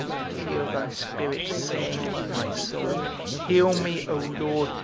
and hear thy spirit saying in my soul heal me, o lord,